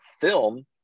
film